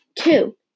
Two